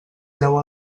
treu